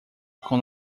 con